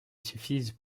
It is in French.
suffisent